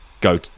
go